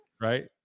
Right